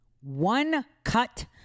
one-cut